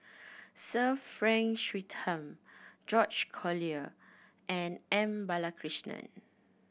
Sir Frank Swettenham George Collyer and M Balakrishnan